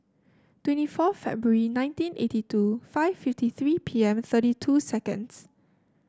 twenty four February nineteen eighty two five fifty three P M thirty two seconds